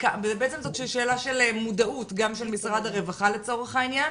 בעצם זאת שאלה של מודעות גם של משרד הרווחה לצורך העניין,